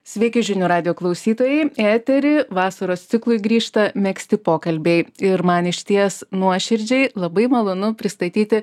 sveiki žinių radijo klausytojai į eterį vasaros ciklui grįžta megzti pokalbiai ir man išties nuoširdžiai labai malonu pristatyti